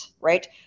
Right